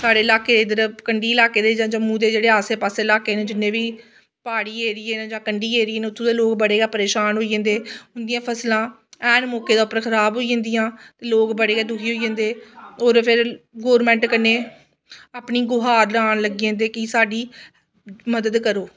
साढ़े अलाके दे इद्धर कंढी इलाके दे जां जम्मू दे जेह्ड़े आस्से पास्से इलाके न जिन्ने बी प्हाड़ी ऐरिये न जां कंढी ऐरिये न उत्थूं दे लोग बड़े गै परेशान होई जंदे उंदियां फसलां ऐन मौके दे उप्पर खराब होई जंदियां लोक बड़े गै दुखी होई जंदे होर फिर गौरमैंट कन्नै अपनी गुहार लान लग्गी जंदे कि साढ़ी मदद करो